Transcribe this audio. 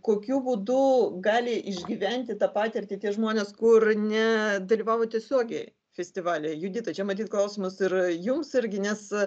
kokiu būdu gali išgyventi tą patirtį tie žmonės kur ne dalyvavo tiesiogiai festivalyje judita čia matyt klausimas ir jums irgi nes